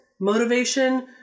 motivation